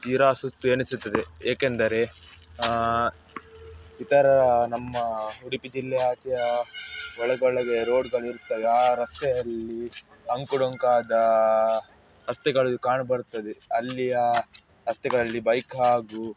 ತೀರಾ ಸುಸ್ತು ಎನಿಸುತ್ತದೆ ಏಕೆಂದರೆ ಇತರ ನಮ್ಮ ಉಡುಪಿ ಜಿಲ್ಲೆ ಆಚೆಯ ಒಳಗೊಳಗೆ ರೋಡ್ಗಳು ಇರ್ತವೆ ಆ ರಸ್ತೆಯಲ್ಲಿ ಅಂಕುಡೊಂಕಾದ ರಸ್ತೆಗಳು ಕಾಣಬರುತ್ತದೆ ಅಲ್ಲಿಯ ರಸ್ತೆಗಳಲ್ಲಿ ಬೈಕ್ ಹಾಗೂ